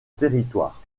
territoire